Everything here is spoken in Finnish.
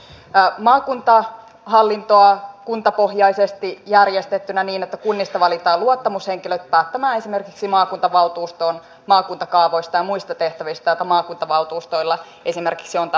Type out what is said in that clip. meillä on ollut maakuntahallintoa kuntapohjaisesti järjestettynä niin että kunnista valitaan luottamushenkilöt päättämään esimerkiksi maakuntavaltuustoon maakuntakaavoista ja muista tehtävistä joita maakuntavaltuustoilla tai maakuntahallituksilla esimerkiksi on